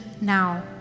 now